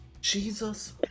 Jesus